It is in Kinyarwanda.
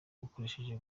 ukoresheje